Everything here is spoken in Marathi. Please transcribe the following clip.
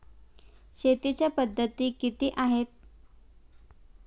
शेतीच्या पद्धती किती आहेत?